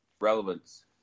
relevance